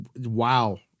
Wow